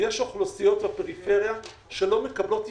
יש אוכלוסיות בפריפריה שלא מקבלות הזדמנות.